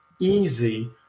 easy